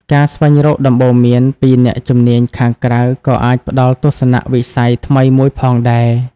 ការស្វែងរកដំបូន្មានពីអ្នកជំនាញខាងក្រៅក៏អាចផ្ដល់ទស្សនៈវិស័យថ្មីមួយផងដែរ។